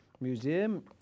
museum